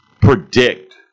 predict